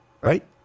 Right